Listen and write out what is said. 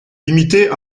limitée